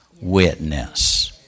witness